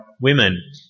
women